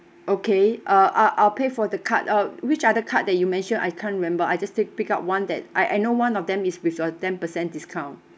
okay uh I'll I'll pay for the card uh which other card that you mentioned I can't remember I just take pick up one that I I know one of them is with a ten percent discount